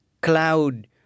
Cloud